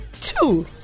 two